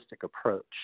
approach